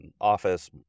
office